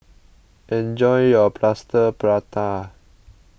enjoy your Plaster Prata